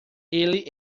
ele